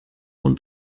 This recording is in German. und